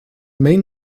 main